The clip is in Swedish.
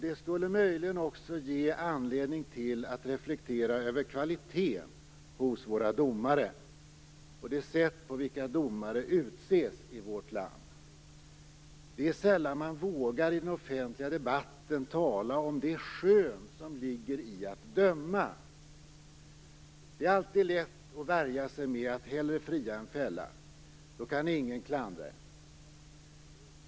Det skulle möjligen också ge anledning att reflektera över kvaliteten hos våra domare och de sätt på vilka domare utses i vårt land. Det är sällan som man i den offentliga debatten vågar tala om det skön som ligger i att döma. Det är alltid lätt att värja sig med att hellre fria än fälla. Då kan ingen klandra en.